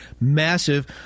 massive